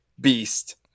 beast